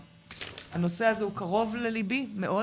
הנושא הזה הוא קרוב לליבי מאוד